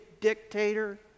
dictator